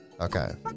Okay